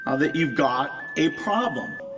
ah that you've got a problem.